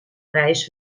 reis